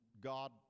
god